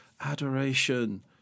adoration